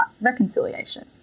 reconciliation